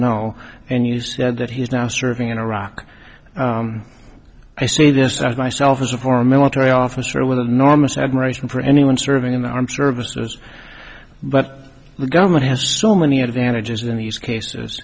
no and you said that he is now serving in iraq i see this as myself as a former military officer with a normas admiration for anyone serving in the armed services but the government has so many advantages in these cases